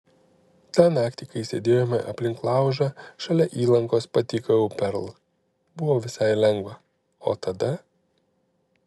tą naktį kai sėdėjome aplink laužą šalia įlankos patykojau perl buvo visai lengva o tada